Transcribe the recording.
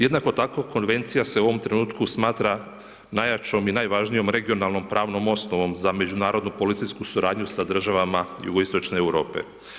Jednako tako, Konvencija se u ovom trenutku smatra najjačom i najvažnijom regionalnom pravnom osnovom za međunarodnu policijsku suradnju sa država jugoistočne Europe.